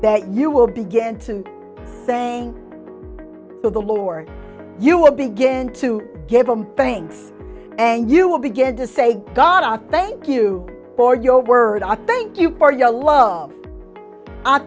that you will begin to thank the lord you will begin to give a thanks and you will begin to say god i thank you for your word i thank you for your love